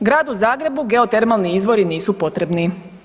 Gradu Zagrebu geotermalni izvori nisu potrebni.